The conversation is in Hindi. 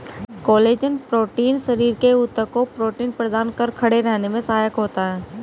कोलेजन प्रोटीन शरीर के ऊतक को प्रोटीन प्रदान कर खड़े रहने में सहायक होता है